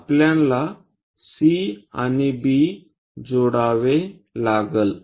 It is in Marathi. आपल्याला C आणि B जोडावे लागेल